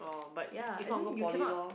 ya and then you cannot